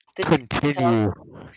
Continue